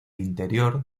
interior